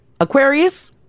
Aquarius